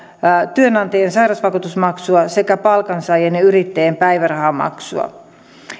työnantajien sairausvakuutusmaksua sekä palkansaajien ja yrittäjien päivärahamaksua